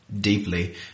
deeply